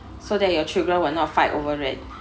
so that your children will not fight over it